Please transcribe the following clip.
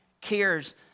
cares